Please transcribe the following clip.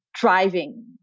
driving